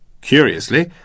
Curiously